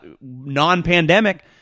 non-pandemic